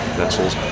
vessels